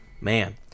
Man